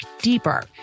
deeper